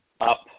up